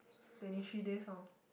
twenty three days off